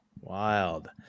Wild